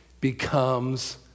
becomes